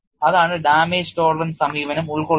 അതാണ് damage tolerance സമീപനം ഉൾക്കൊള്ളുന്നത്